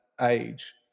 age